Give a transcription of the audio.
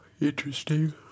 Interesting